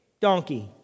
donkey